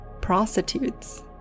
prostitutes